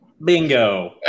Bingo